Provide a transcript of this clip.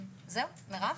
זהו, מירב?